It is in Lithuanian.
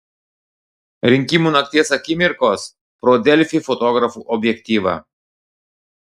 rinkimų nakties akimirkos pro delfi fotografų objektyvą